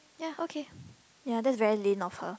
ya okay ya that's very Lin of her